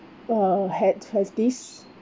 uh had have this